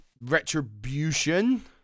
retribution